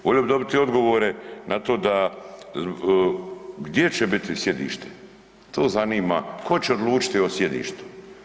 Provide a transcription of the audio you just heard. Volio bi dobiti odgovore na to da gdje će biti sjedište, to zanima, ko će odlučiti o sjedištu?